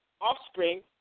offspring